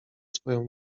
swoją